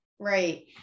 Right